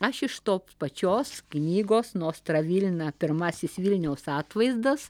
aš iš to pačios knygos nostra vilna pirmasis vilniaus atvaizdas